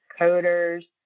coders